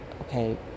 okay